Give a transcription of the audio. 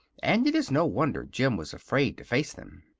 and it is no wonder jim was afraid to face them.